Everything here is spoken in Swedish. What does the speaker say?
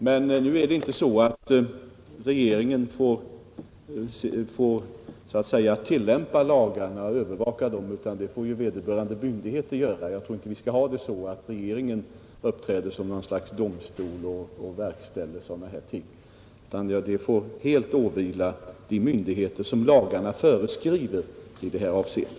Men nu är det inte så att regeringen tillämpar lagarna och övervakar deras efterlevnad utan det får vederbörande myndigheter göra. Jag tror inte vi skall ha det så att regeringen uppträder som något slags domstol och verkställer sådana här beslut utan verkställigheten får helt åvila de myndigheter som lagarna ger behörighet i detta avseende.